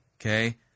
Okay